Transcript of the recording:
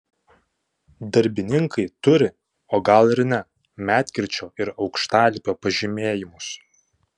darbininkai turi o gal ir ne medkirčio ir aukštalipio pažymėjimus